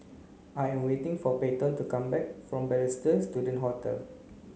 I am waiting for Peyton to come back from Balestier Student Hotel